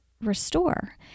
restore